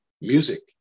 music